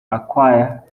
acquire